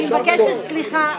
אני מבקשת סליחה,